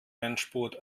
endspurt